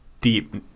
deep